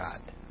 God